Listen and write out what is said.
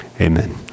Amen